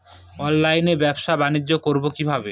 অনলাইনে ব্যবসা বানিজ্য করব কিভাবে?